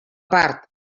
part